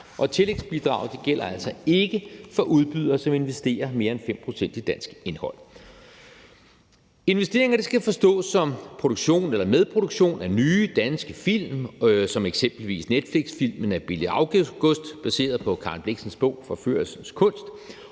og tillægsbidraget gælder altså ikke for udbydere, som investerer mere end 5 pct. i dansk indhold. Investeringer skal forstås som produktion eller medproduktion af nye danske film som eksempelvis Netflixfilmen af Bille August baseret på Karen Blixens bog »Forførelsens kunst«,